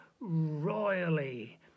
royally